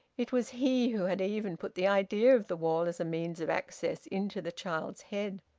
it was he who had even put the idea of the wall as a means of access into the child's head.